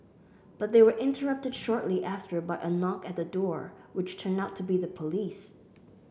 but they were interrupted shortly after by a knock at the door which turned out to be the police